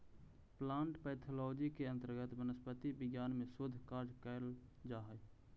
plant pathology के अंतर्गत वनस्पति विज्ञान में शोध कार्य कैल जा हइ